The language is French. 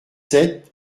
sept